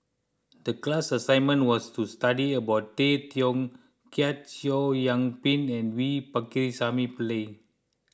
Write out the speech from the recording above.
the class assignment was to study about Tay Teow Kiat Chow Yian Ping and V Pakirisamy Pillai